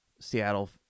Seattle